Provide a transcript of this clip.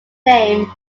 name